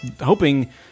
hoping –